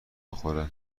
بخوره